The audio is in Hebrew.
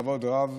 בכבוד רב.